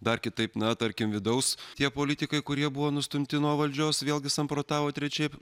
dar kitaip na tarkim vidaus tie politikai kurie buvo nustumti nuo valdžios vėlgi samprotavo trečiaip